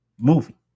movie